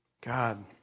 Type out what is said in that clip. God